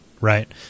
right